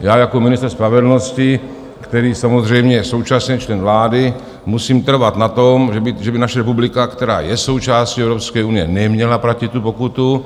Já jako ministr spravedlnosti, který je samozřejmě současně člen vlády, musím trvat na tom, že by naše republika, která je součástí Evropské unie, neměla platit tu pokutu.